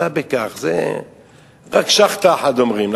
רק שאכטה אחת אומרים,